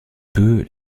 peu